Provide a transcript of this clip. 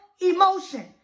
emotion